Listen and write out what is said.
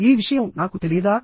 ఈ విషయం నాకు తెలియదా